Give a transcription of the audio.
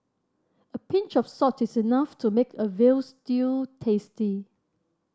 a pinch of salt is enough to make a veal stew tasty